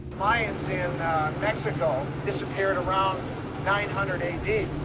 mayans in mexico disappeared around nine hundred a d.